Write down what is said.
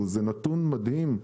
זה נתון מדהים.